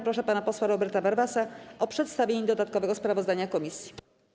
Proszę pana posła Roberta Warwasa o przedstawienie dodatkowego sprawozdania komisji.